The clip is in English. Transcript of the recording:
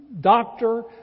doctor